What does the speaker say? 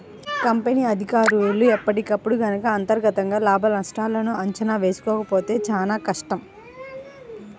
company అధికారులు ఎప్పటికప్పుడు గనక అంతర్గతంగా లాభనష్టాల అంచనా వేసుకోకపోతే చానా కష్టం